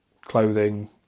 clothing